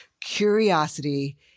Curiosity